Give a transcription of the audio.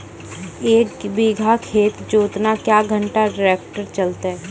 एक बीघा खेत जोतना क्या घंटा ट्रैक्टर चलते?